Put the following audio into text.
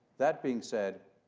that being said,